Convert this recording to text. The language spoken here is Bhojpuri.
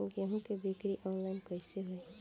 गेहूं के बिक्री आनलाइन कइसे होई?